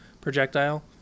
projectile